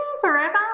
forever